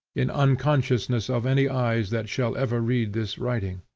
in unconsciousness of any eyes that shall ever read this writing.